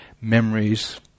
memories